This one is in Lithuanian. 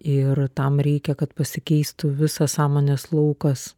ir tam reikia kad pasikeistų visas sąmonės laukas